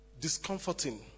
discomforting